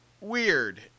weird